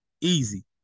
Easy